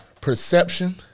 perception